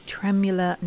Tremula